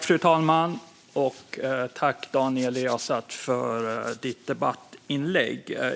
Fru talman! Jag tackar Daniel Riazat för hans debattinlägg.